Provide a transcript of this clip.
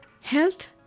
Health